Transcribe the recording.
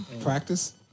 Practice